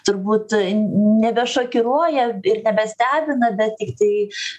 turbūt nebešokiruoja ir nebestebina bet tiktai